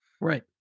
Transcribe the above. Right